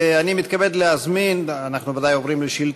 מתכבדת להודיעכם, כי הונחה היום על שולחן